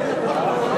זה לא נכון.